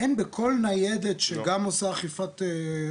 אין בכל ניידת שגם עושה אכיפה.